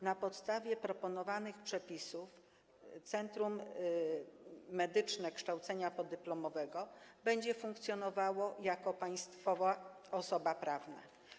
Na podstawie proponowanych przepisów Centrum Medyczne Kształcenia Podyplomowego będzie funkcjonowało jako państwowa osoba prawna.